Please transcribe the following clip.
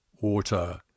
water